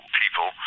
people